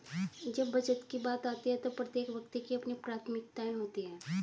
जब बचत की बात आती है तो प्रत्येक व्यक्ति की अपनी प्राथमिकताएं होती हैं